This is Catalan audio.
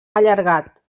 allargat